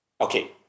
okay